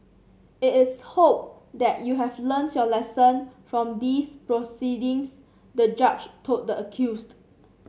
it is hope that you have learnt your lesson from these proceedings the judge told the accused